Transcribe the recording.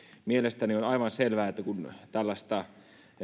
mielestäni on on aivan selvää että kun tällaista